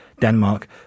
Denmark